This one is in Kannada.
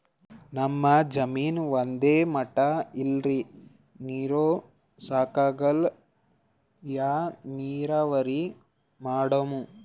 ನಮ್ ಜಮೀನ ಒಂದೇ ಮಟಾ ಇಲ್ರಿ, ನೀರೂ ಸಾಕಾಗಲ್ಲ, ಯಾ ನೀರಾವರಿ ಮಾಡಮು?